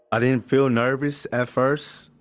i didn't feel nervous at first,